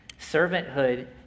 Servanthood